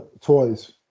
Toys